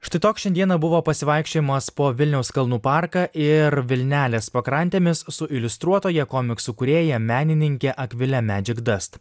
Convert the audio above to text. štai toks šiandieną buvo pasivaikščiojimas po vilniaus kalnų parką ir vilnelės pakrantėmis su iliustruotoja komiksų kūrėja menininkė akvilė medžikdast